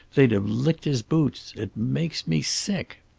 they'd have licked his boots. it makes me sick.